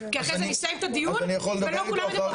כי אחרי זה אני אסיים את הדיון ולא כולם מדברים,